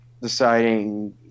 deciding